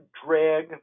drag